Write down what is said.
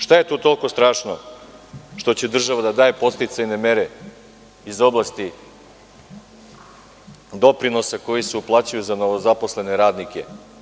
Šta je tu toliko strašno što će država da daje podsticajne mere iz oblasti doprinosa koji se uplaćuju za novozaposlene radnike?